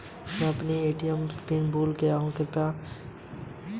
मैं अपना ATM pin भूल गया हूँ कृपया मदद करें